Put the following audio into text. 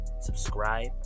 subscribe